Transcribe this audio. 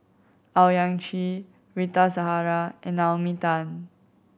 Owyang Chi Rita Zahara and Naomi Tan